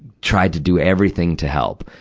tried to do everything to help.